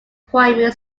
primary